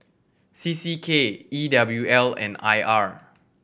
C C K E W L and I R